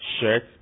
shirt